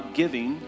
giving